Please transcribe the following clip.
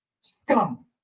Scum